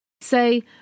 say